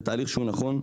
זה תהליך שהוא נכון,